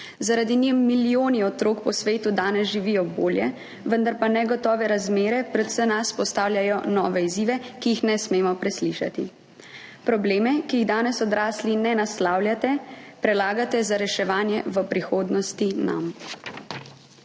Zaradi nje milijoni otrok po svetu danes živijo bolje, vendar pa negotove razmere pred vse nas postavljajo nove izzive, ki jih ne smemo preslišati. Probleme, ki jih danes odrasli ne naslavljate, prelagate za reševanje v prihodnosti nam.